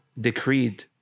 decreed